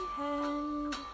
hand